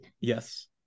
Yes